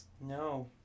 No